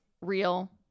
real